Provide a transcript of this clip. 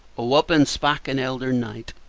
o up and spak' an eldern knight,